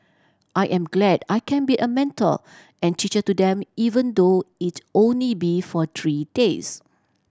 I am glad I can be a mentor and teacher to them even though it'll only be for three days